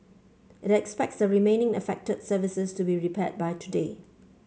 it expects the remaining affected services to be repaired by today